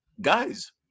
guys